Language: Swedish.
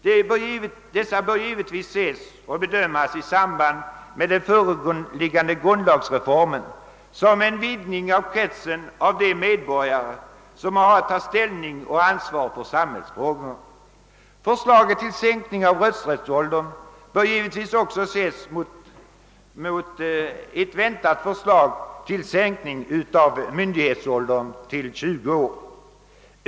Dessa delar av förslaget bör givetvis ses och bedömas i samband med den föreliggande grundlagsreformen som en vidgning av kretsen av de medborgare som har att ta ställning till och ansvar för samhällsfrågorna. Förslaget till sänkning av rösträttsåldern bör också ses mot bakgrunden av ett väntat förslag om sänkning av myndighetsåldern till 20 år.